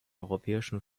europäischen